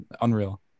unreal